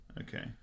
Okay